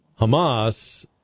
Hamas